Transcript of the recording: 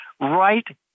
Right